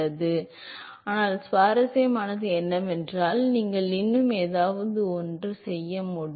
x மற்றும் r இரண்டின் செயல்பாட்டிற்கும் செல்கிறது ஆனால் சுவாரஸ்யமானது என்னவென்றால் நீங்கள் இன்னும் ஏதாவது செய்ய முடியும்